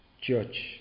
judge